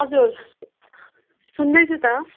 हजुर सुन्दैछु त